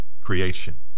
creation